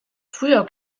früher